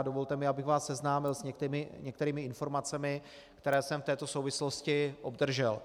Dovolte mi, abych vás seznámil s některými informacemi, které jsem v této souvislosti obdržel.